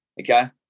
okay